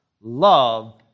love